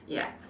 ya